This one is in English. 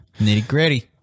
Nitty-gritty